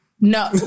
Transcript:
No